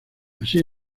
así